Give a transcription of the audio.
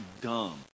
dumb